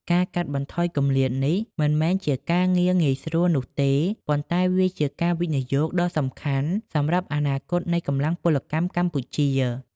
ការកាត់បន្ថយគម្លាតនេះមិនមែនជាការងារងាយស្រួលនោះទេ ប៉ុន្តែវាជាការវិនិយោគដ៏សំខាន់សម្រាប់អនាគតនៃកម្លាំងពលកម្មកម្ពុជា។